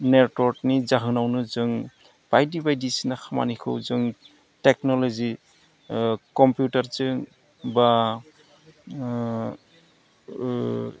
नेटवर्कनि जाहोनावनो जों बायदि बायदिसिना खामानिखौ जों टेक्नल'जि कम्पिउटारजों बा